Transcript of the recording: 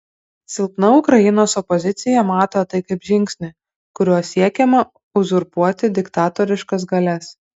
silpna ukrainos opozicija mato tai kaip žingsnį kuriuo siekiama uzurpuoti diktatoriškas galias